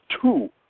Two